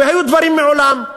והיו דברים מעולם.